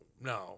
no